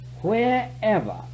wherever